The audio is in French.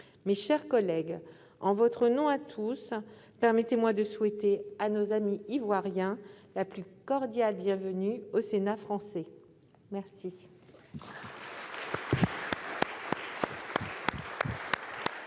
Mes chers collègues, en votre nom à tous, permettez-moi de souhaiter à nos amis ivoiriens la plus cordiale bienvenue au Sénat français. Nous reprenons